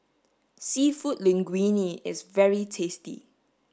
seafood linguine is very tasty